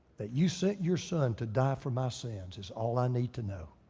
that you sent your son to die for my sins is all i need to know.